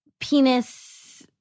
penis